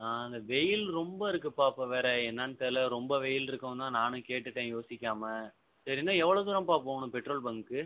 ஆ இந்த வெயில் ரொம்ப இருக்குப்பா இப்போ வேறு என்னன்னு தெரில ரொம்ப வெயில் இருக்கவும் தான் நான் கேட்டுவிட்டேன் யோசிக்காமல் சரி இன்னும் எவ்வளோ தூரம்பா போகணும் பெட்ரோல் பங்க்